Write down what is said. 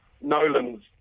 Nolan's